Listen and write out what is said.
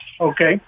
Okay